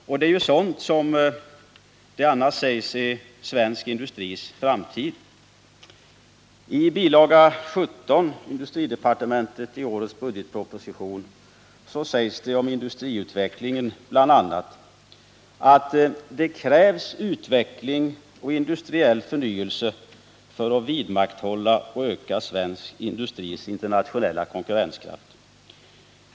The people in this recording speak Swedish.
Och det är sådant som det annars sägs är svensk industris framtid. I bilaga 17. som gäller industridepartementet. till arets budgetproposition sägs det om industriutvecklingen bl.a. att det krävs utveckling och industriell förnyelse för att vidmakthålla och öka svensk industris internationella konkurrenskraft.